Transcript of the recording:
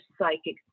psychic